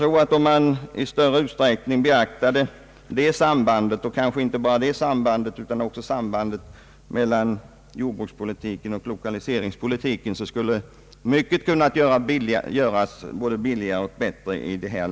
Om man i större utsträckning beaktade detta samband — kanske inte bara detta samband utan även sambandet mellan jordbrukspolitiken och 1lokaliseringspolitiken — skulle många åtgärder kunna vidtagas billigare och på ett bättre sätt.